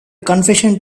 confession